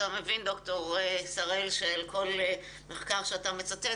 אתה מבין שעל כל מחקר שאתה מצטט,